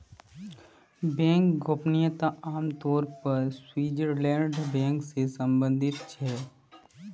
bank गोपनीयता आम तौर पर स्विटज़रलैंडेर बैंक से सम्बंधित छे